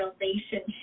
relationship